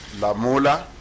Lamola